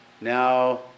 Now